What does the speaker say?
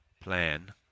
plan